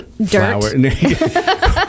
Dirt